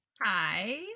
Hi